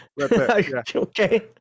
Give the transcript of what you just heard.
Okay